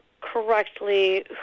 correctly